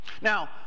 Now